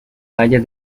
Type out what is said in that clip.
valle